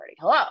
Hello